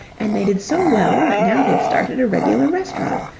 and they did so well that now they've started a regular restaurant,